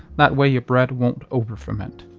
that way your bread won't over ferment.